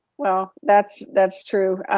well, that's that's true.